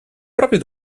proprio